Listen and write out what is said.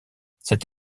cette